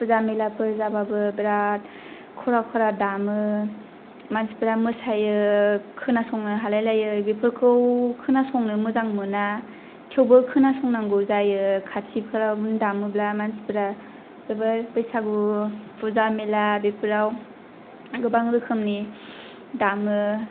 फुजा मेलाफोर जाबाबो बेराद खरा खरा दामो मानसिफ्रा मोसायो खोनासंनो हालाय लायै बेफोरखौ खोनासंनो मोजां मोना थेवबो खोनासंनांगौ जायो खाथिफ्राव दामोब्ला मानसिफ्रा बैसागु फुजा मेलाफोराव गोबा रोखोमनि दामो